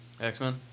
X-Men